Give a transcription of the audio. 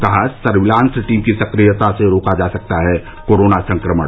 कहा surveillance team की सक्रियता से रोका जा सकता है कोरोना संक्रमण